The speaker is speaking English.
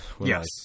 Yes